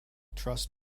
trust